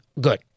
good